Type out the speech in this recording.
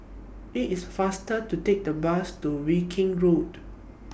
IT IS faster to Take The Bus to Viking Road